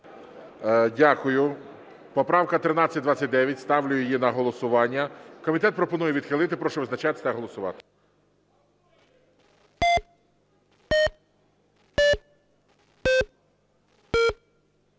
Дякую. Поправка 1329. Ставлю її на голосування. Комітет пропонує відхилити. Прошу визначатись та голосувати.